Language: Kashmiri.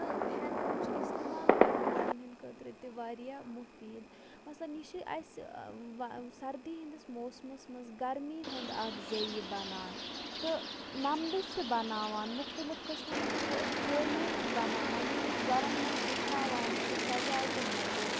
تہٕ ہٮ۪ن یِم چھِ اِستعمال کَرَن والٮ۪ن ہِنٛدۍ خٲطرٕ تہِ واریاہ مُفیٖد مثلاً یہِ چھِ اَسہِ سردی ہِنٛدِس موسمَس منٛز گرمی ہُنٛد اَکھ ذٔریعہِ بَنان تہٕ نَمدٕ چھِ بَناوان مُختلِف قٕسمَن ہٕنٛدۍ قٲلیٖن چھِ بَناوان یِم أسۍ گَرَن منٛز بِچھاوان چھِ سَجاوٹہٕ موٗجوٗب